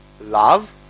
love